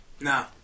No